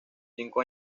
cinco